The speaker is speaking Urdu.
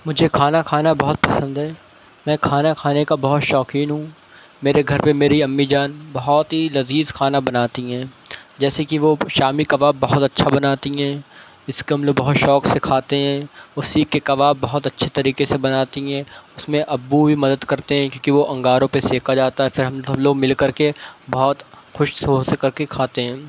مجھے کھانا کھانا بہت پسند ہے میں کھانا کھانے کا بہت شوقین ہوں میرے گھر پہ میری امی جان بہت ہی لذیذ کھانا بناتی ہیں جیسے کہ وہ شامی کباب بہت اچھا بناتی ہیں جس کو ہم لوگ بہت شوق سے کھاتے ہیں اور سیخ کے کباب بہت اچھے طریقے سے بناتی ہیں اس میں ابو بھی مدد کرتے ہیں کیوںکہ وہ انگاروں پہ سینکا جاتا ہے پھر ہم لوگ مل کر کے بہت خوش سے ہو سے کر کے کھاتے ہیں